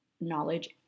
knowledge